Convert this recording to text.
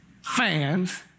fans